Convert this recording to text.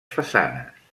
façanes